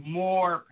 more